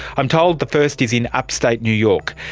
i'm told the first is in upstate new york.